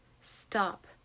stop